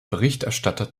berichterstatter